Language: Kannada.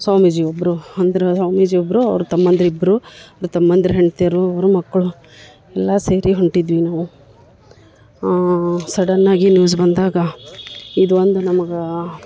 ಸ್ವಾಮೀಜಿ ಒಬ್ಬರು ಅಂದರೆ ಸ್ವಾಮೀಜಿ ಒಬ್ಬರು ಅವ್ರ ತಮ್ಮಂದಿರು ಇಬ್ಬರು ಅವ್ರ ತಮ್ಮಂದಿರ ಹೆಂಡ್ತಿಯರು ಅವ್ರ ಮಕ್ಕಳು ಎಲ್ಲ ಸೇರಿ ಹೊಂಟಿದ್ವಿ ನಾವು ಸಡನ್ನಾಗಿ ನ್ಯೂಸ್ ಬಂದಾಗ ಇದು ಒಂದು ನಮಗೆ